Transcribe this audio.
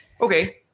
Okay